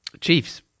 Chiefs